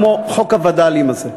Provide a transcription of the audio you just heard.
כמו חוק הווד"לים הזה,